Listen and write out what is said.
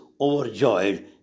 overjoyed